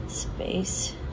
Space